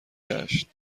گشت